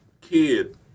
kid